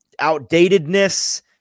outdatedness